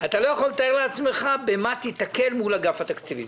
לא יכול לתאר לעצמך במה תיתקל מול אגף התקציבים.